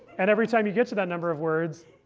and every time you get to that number of words,